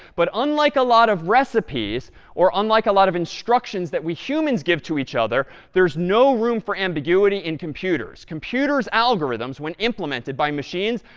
but unlike a lot of recipes or unlike a lot of instructions that we humans give to each other, there's no room for ambiguity in computers. computers' algorithms, when implemented by machines,